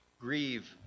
Grieve